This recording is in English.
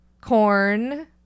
corn